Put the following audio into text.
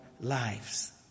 lives